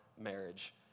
marriage